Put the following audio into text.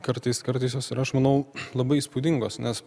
kartais kartais aš manau labai įspūdingos nes